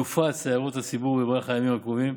יופץ להערות הציבור במהלך הימים הקרובים.